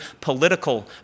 political